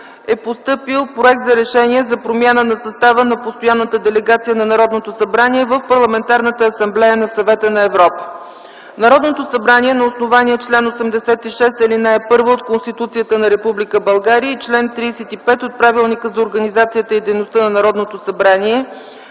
е постъпил проект за Решение за промяна на състава на Постоянната делегация на Народното събрание в Парламентарната асамблея на Съвета на Европа. „Народното събрание на основание чл. 86, ал. 1 от Конституцията на Република България и чл. 35 от Правилника за организацията и дейността на Народното събрание